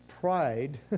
pride